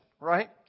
right